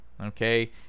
okay